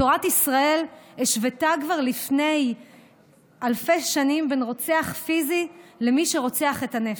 תורת ישראל השוותה כבר לפני אלפי שנים בין רוצח פיזי למי שרוצח את הנפש.